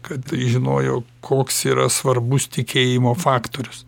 kad jis žinojo koks yra svarbus tikėjimo faktorius